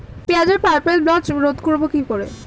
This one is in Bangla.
পেঁয়াজের পার্পেল ব্লচ রোধ করবো কিভাবে?